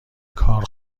کار